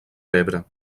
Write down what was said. pebre